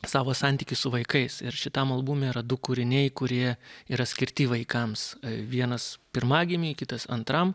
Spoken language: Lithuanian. savo santykį su vaikais ir šitam albume yra du kūriniai kurie yra skirti vaikams vienas pirmagimei kitas antram